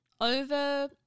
over